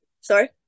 Sorry